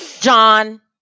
John